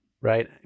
right